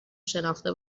شناخته